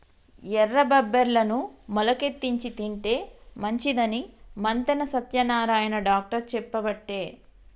ఎర్ర బబ్బెర్లను మొలికెత్తిచ్చి తింటే మంచిదని మంతెన సత్యనారాయణ డాక్టర్ చెప్పబట్టే